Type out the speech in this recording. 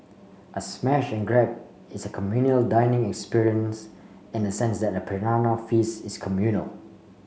a smash and grab is a communal dining experience in the sense that a piranha feast is communal